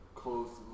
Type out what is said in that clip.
close